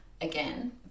again